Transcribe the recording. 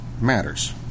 matters